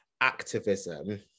activism